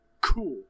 cool